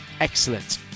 Excellent